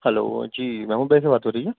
hello جی محمود بھائی سے بات ہو رہی ہے